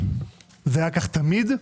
זה היה כך תמיד,